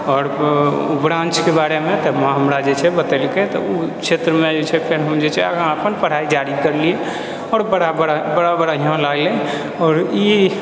आओर ब्रांच के बारेमे तऽ माँ हमरा बतेलकै तऽ ओ क्षेत्रमे जे छै हम आगू अपन पढाई जारी करलियै आओर बड़ा बड़ा बढ़िआँ लागलै आओर ई